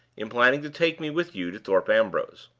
in planning to take me with you to thorpe ambrose.